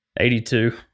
82